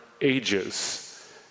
ages